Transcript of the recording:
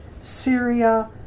Syria